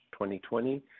2020